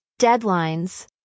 deadlines